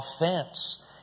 offense